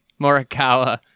Morikawa